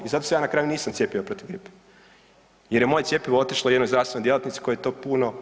I zato se ja na kraju nisam cijepio protiv gripe jer je moje cjepivo otišlo jednoj zdravstvenoj djelatnici kojoj je to puno